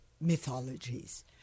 mythologies